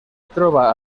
troba